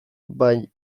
bai